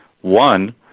One